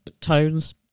Tones